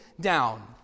down